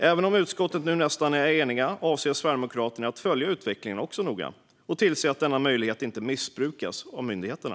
Även om utskottet nu är nästan enigt avser även Sverigedemokraterna att följa utvecklingen noga och tillse att denna möjlighet inte missbrukas av myndigheterna.